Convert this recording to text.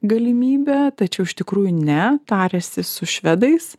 galimybę tačiau iš tikrųjų ne tarėsi su švedais